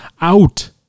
out